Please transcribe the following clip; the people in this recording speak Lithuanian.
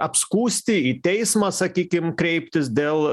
apskųsti į teismą sakykim kreiptis dėl